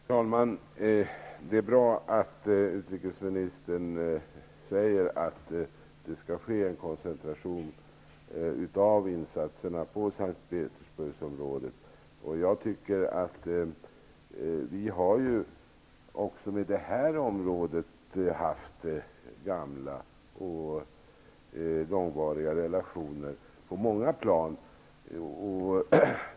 Herr talman! Det är bra att utrikesministern säger att det skall ske en koncentration av insatserna till S:t Petersburgsområdet. Sverige har även med det området haft gamla och långvariga relationer på många plan.